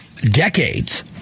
decades